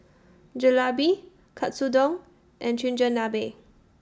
Jalebi Katsudon and Chigenabe